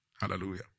Hallelujah